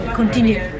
continue